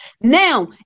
Now